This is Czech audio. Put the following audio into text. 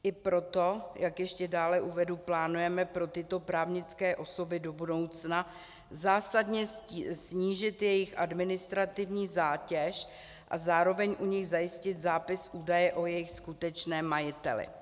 I proto, jak ještě dále uvedu, plánujeme pro tyto právnické osoby do budoucna zásadně snížit jejich administrativní zátěž a zároveň u nich zajistit zápis údaje o jejich skutečném majiteli.